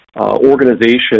organization